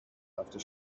after